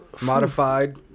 modified